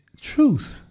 truth